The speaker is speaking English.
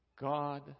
God